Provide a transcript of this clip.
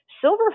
silver